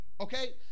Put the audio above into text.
Okay